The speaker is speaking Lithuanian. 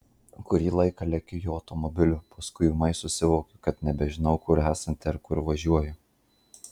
kurį laiką lekiu jo automobiliu paskui ūmai susivokiu kad nebežinau kur esanti ar kur važiuoju